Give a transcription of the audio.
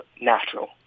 natural